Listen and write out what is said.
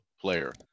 player